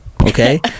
okay